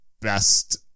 best